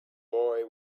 boy